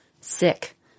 sick